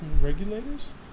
Regulators